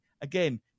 again